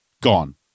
Gone